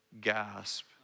gasp